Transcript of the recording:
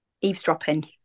eavesdropping